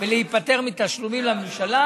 ולהיפטר מתשלומים לממשלה,